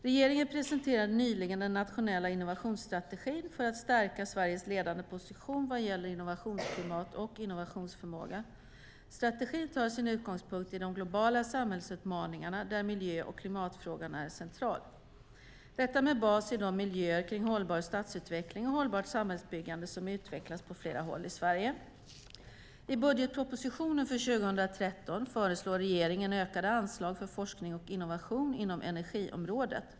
Regeringen presenterade nyligen den nationella innovationsstrategin för att stärka Sveriges ledande position vad gäller innovationsklimat och innovationsförmåga. Strategin tar sin utgångspunkt i de globala samhällsutmaningarna där miljö och klimatfrågan är central. Det sker med bas i de miljöer kring hållbar stadsutveckling och hållbart samhällsbyggande som utvecklats på flera håll i Sverige. I budgetpropositionen för 2013 föreslår regeringen ökade anslag för forskning och innovation inom energiområdet.